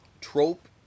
trope